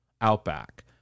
outback